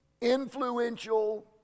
influential